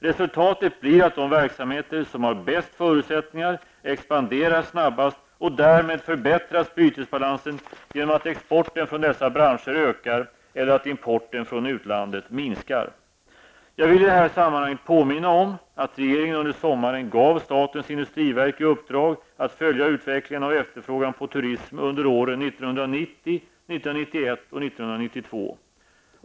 Resultatet blir att de verksamheter som har bäst förutsättningar expanderar snabbast, och därmed förbättras bytesbalansen genom att exporten från dessa branscher ökar eller att importen från utlandet minskar. Jag vill i det här sammanhanget påminna om att regeringen under sommaren gav statens industriverk i uppdrag att följa utvecklingen av efterfrågan på turism under åren 1990, 1991 och 1992.